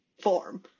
form